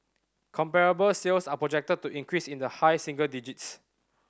comparable sales are projected to increase in the high single digits